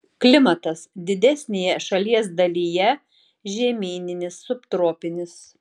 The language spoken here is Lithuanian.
klimatas didesnėje šalies dalyje žemyninis subtropinis